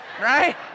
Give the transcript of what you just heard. Right